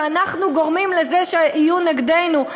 שאנחנו גורמים לזה שיהיו נגדנו.